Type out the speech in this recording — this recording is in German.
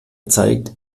zeigt